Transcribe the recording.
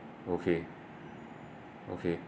okay okay